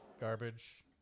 garbage